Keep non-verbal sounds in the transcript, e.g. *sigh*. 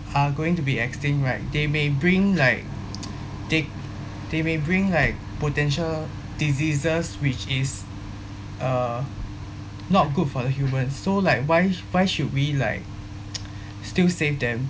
are going to be extinct right they may bring like *noise* they they may bring like potential diseases which is uh not good for the human so like why why should we like *noise* still save them